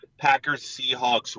Packers-Seahawks